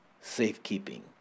safekeeping